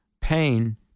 pain